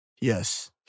Yes